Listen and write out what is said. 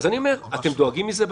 אז אני אומר, אתם דואגים מזה?